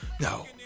no